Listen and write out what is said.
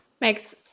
Makes